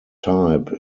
type